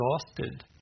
exhausted